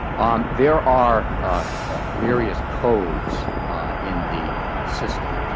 um there are various codes in the system.